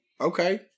okay